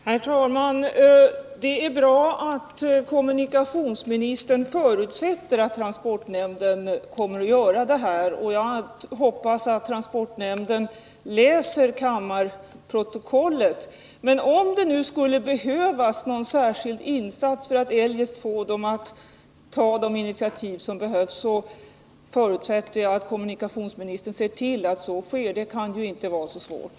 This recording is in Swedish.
Herr talman! Det är bra att kommunikationsministern förutsätter att transportnämnden kommer att följa upp detta arbete. Jag hoppas att transportnämnden också läser kammarprotokollet. Men om det nu skulle behövas en särskild insats för att få transportnämnden att ta erforderliga initiativ förutsätter jag att kommunikationsministern ser till att så sker. Det kan ju inte vara så svårt.